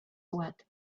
what